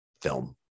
film